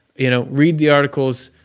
you know read the articles,